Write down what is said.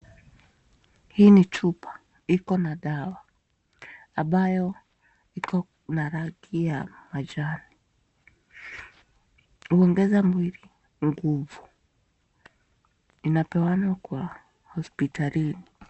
Hii ni chupa ikona dawa ambayo ikona rangi ya majani, uogeza mwili nguvu, inapeanwa kwa hospitalini.